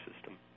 system